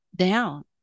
Down